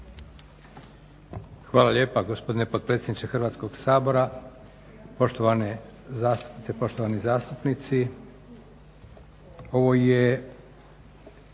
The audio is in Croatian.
Hvala lijepa, gospodine potpredsjedniče Hrvatskog sabora. Poštovane zastupnice, poštovani zastupnici.